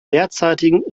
derzeitigen